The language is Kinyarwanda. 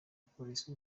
polisi